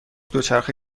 دوچرخه